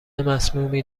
مسمومی